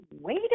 wait